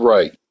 Right